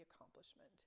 accomplishment